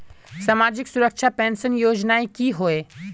सामाजिक सुरक्षा पेंशन योजनाएँ की होय?